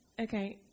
Okay